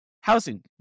housing